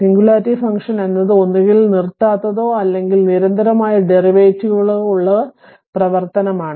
singularity function എന്നത് ഒന്നുകിൽ നിർത്താത്തതോ അല്ലെങ്കിൽ നിരന്തരമായ ഡെറിവേറ്റീവുകളോ ഉള്ള പ്രവർത്തനമാണ്